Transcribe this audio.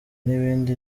n’ibindi